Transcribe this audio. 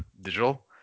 digital